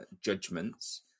judgments